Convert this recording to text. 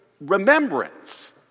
remembrance